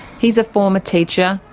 he's a former teacher,